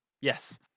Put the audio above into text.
Yes